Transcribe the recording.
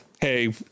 Hey